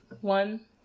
one